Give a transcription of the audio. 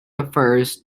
refers